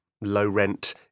low-rent